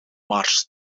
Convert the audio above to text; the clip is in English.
mars